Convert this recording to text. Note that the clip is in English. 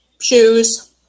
shoes